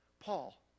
Paul